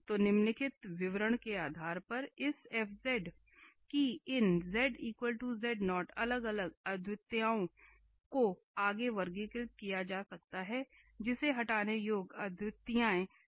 तो निम्नलिखित विवरण के आधार पर इस f की इन अलग अलग अद्वितीयताओं को आगे वर्गीकृत किया जा सकता है जिसे हटाने योग्य अद्वितीयताएं कहा जाता है